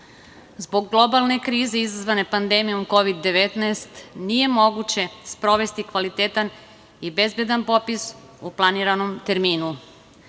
globalne krize izazvane pandemijom Kovid 19 nije moguće sprovesti kvalitetan i bezbedan popis u planiranom terminu.